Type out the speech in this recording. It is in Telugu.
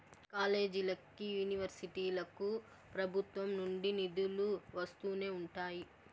కాలేజీలకి, యూనివర్సిటీలకు ప్రభుత్వం నుండి నిధులు వస్తూనే ఉంటాయి